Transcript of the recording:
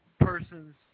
persons